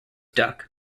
duck